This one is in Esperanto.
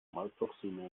malproksime